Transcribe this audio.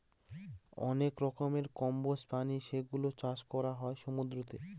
অনেক রকমের কম্বোজ প্রাণী যেগুলোর চাষ করা হয় সমুদ্রতে